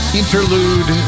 interlude